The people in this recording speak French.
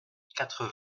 quatre